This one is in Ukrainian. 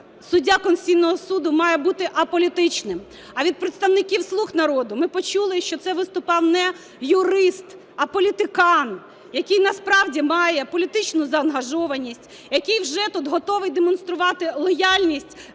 суддя Конституційного Суду має бути аполітичним. А від представників "слуг народу" ми почули, що це виступав не юрист, а політикан, який насправді має політичну заангажованість, який вже тут готовий демонструвати лояльність,